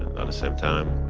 same time,